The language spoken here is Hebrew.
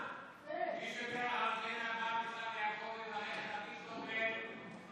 מי שבירך את אברהם יצחק ויעקב הוא יברך את אביגדור בן,